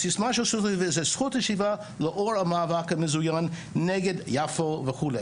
הסיסמה של זכות השיבה זה זכות השיבה לאור המאבק המזויין נגד יפו וכו'.